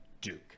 Duke